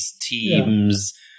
teams